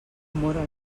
móra